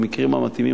במקרים המתאימים,